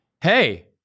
Hey